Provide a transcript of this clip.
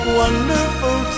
wonderful